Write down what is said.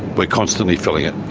but constantly filling it.